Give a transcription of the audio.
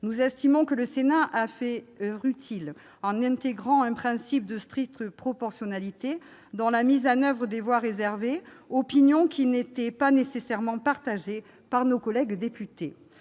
Nous estimons que le Sénat a fait oeuvre utile en intégrant un principe de stricte proportionnalité dans la mise en oeuvre des voies réservées, opinion qui n'était pas nécessairement partagée par nos collègues députés.